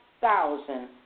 thousand